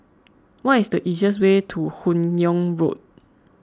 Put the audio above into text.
what is the easiest way to Hun Yeang Road